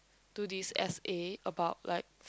do this S_A about like